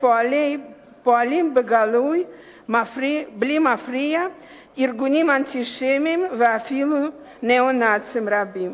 פועלים בגלוי ובאין מפריע ארגונים אנטישמיים ואפילו ניאו-נאצים רבים,